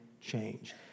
change